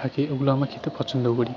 থাকে ওগুলো আমরা খেতে পছন্দ করি